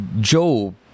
Job